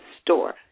store